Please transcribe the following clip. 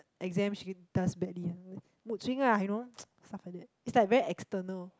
exam she does badly then after that mood swing ah you know stuff like that is like very external